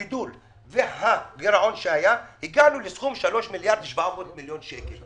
הגידול והגירעון שהיה הגענו לסכום של 3.7 מיליארד שקלים.